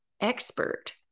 expert